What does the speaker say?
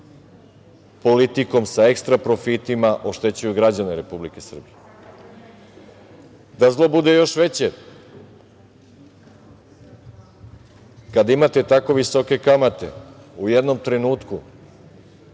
politikom sa ekstra profitima oštećuju građane Republike Srbije. Da zlo bude još veće kada imate tako visoke kamate u jednom trenutku